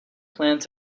planned